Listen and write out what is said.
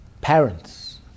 parents